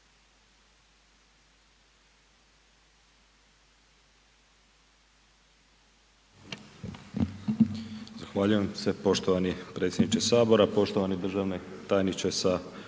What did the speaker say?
Zahvaljujem se poštovani predsjedniče sabora. Poštovani državni tajniče sa